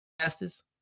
fastest